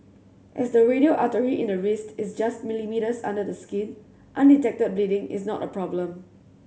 as the radial artery in the wrist is just millimetres under the skin undetected bleeding is not a problem